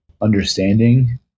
understanding